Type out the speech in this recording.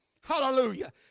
Hallelujah